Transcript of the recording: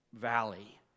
valley